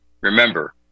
Remember